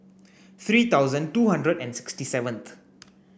three thousand two hundred and sixty seventh